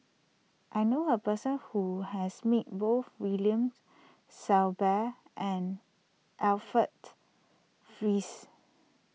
I knew a person who has met both William Shellabear and Alfred Frisby